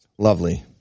Lovely